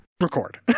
record